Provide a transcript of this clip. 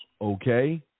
okay